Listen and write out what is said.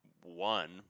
one